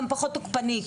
גם פחות תוקפניים.